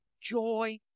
joy